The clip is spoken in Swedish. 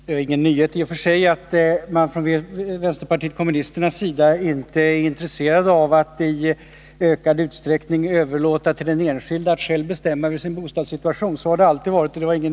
Herr talman! Det är i och för sig inga nyheter att man från vpk:s sida inte är intresserad av att i ökad utsträckning överlåta till den enskilde att själv bestämma över sin bostadssituation. Så har det alltid varit.